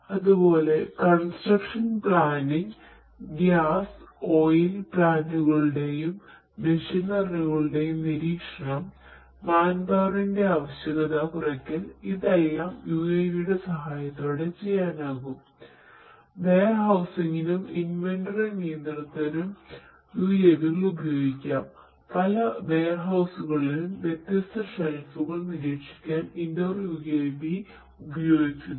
അതുപോലെ construction planning ആവശ്യകത കുറക്കൽ ഇതെല്ലം UAV യുടെ സഹായത്തോടെ ചെയ്യാനാകും വെയർഹൌസിംഗിനും ഉപയോഗിക്കുന്നു